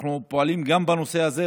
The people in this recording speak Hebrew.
אנחנו פועלים גם בנושא הזה,